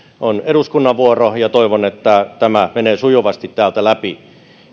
on eduskunnan vuoro ja toivon että tämä menee sujuvasti täältä läpi